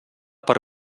per